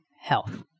health